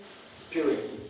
Spirit